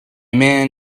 man